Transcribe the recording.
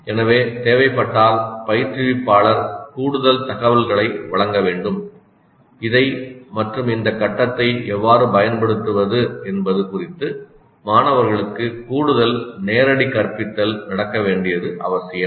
எனவே தேவைப்பட்டால் பயிற்றுவிப்பாளர் கூடுதல் தகவல்களை வழங்க வேண்டும் இதை மற்றும் இந்த கட்டத்தை எவ்வாறு பயன்படுத்துவது என்பது குறித்து மாணவர்களுக்கு கூடுதல் நேரடி கற்பித்தல் நடக்க வேண்டியது அவசியம்